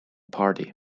party